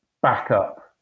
Backup